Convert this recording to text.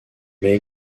mais